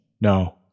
No